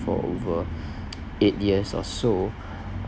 for over eight years or so